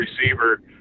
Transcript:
receiver